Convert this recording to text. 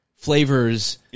flavors